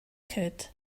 could